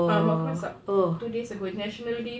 mak aku masak two days ago national day feasts